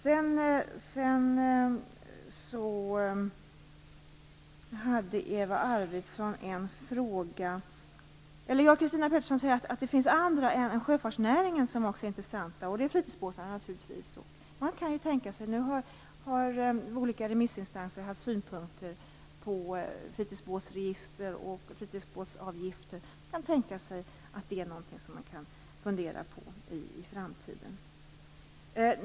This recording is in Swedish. Christina Pettersson säger att det kan finnas andra än sjöfartsnäringen som är intressanta, och det är fritidsbåtarna naturligtvis. Nu har olika remissinstanser haft synpunkter på fritidsbåtsregister och fritidsbåtsavgifter. Man kan tänka sig att det är någonting att fundera på i framtiden.